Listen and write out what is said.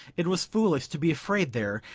it was foolish to be afraid there,